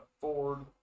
Ford